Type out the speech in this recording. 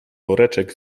woreczek